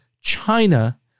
China